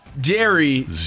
Jerry